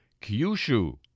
Kyushu